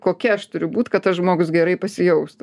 kokia aš turiu būt kad tas žmogus gerai pasijaustų